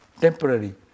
temporary